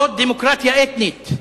זאת דמוקרטיה אתנית,